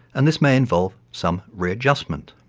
and this may involve some readjustment.